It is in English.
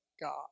God